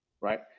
right